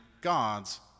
God's